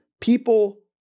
people